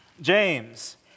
James